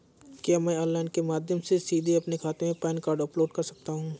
क्या मैं ऑनलाइन के माध्यम से सीधे अपने खाते में पैन कार्ड अपलोड कर सकता हूँ?